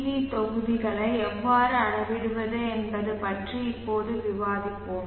we தொகுதிகளை எவ்வாறு அளவிடுவது என்பது பற்றி இப்போது விவாதிப்போம்